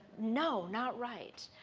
no, not right.